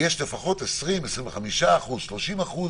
יש לפחות 20%, 25%, 30%